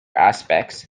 aspects